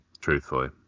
Truthfully